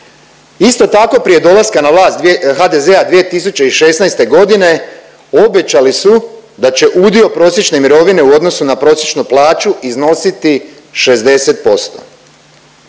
Isto tako, prije dolaska na vlast HDZ-a 2016. g. obećali su da će udio prosječne mirovine u odnosu na prosječnu plaću iznositi 60%.